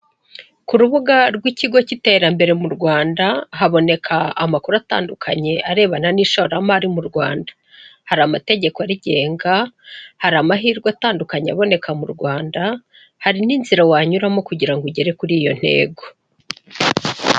Ku rubuga rw'ikigo cy'iterambere mu Rwanda haboneka amakuru atandukanye arebana n'ishoramari mu Rwanda, hari amategeko arigenga hari amahirwe atandukanye aboneka mu Rwanda, hari n'inzira wanyuramo kugira ugere kuri iyo ntego.